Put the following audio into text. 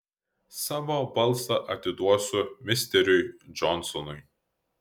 savo balsą atiduosiu misteriui džonsonui